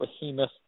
behemoth